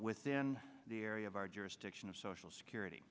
within the area of our jurisdiction of social security